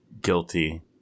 guilty